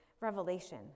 revelation